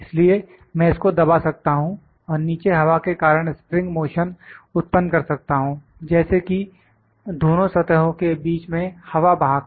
इसलिए मैं इसको दबा सकता हूं और नीचे हवा के कारण स्प्रिंग मोशन उत्पन्न कर सकता हूं जैसे कि दोनों सतहों के बीच में हवा बहाकर